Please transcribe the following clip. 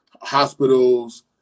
hospitals